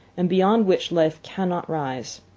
and beyond which life cannot rise.